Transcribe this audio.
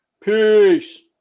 Peace